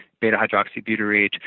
beta-hydroxybutyrate